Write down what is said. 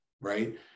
Right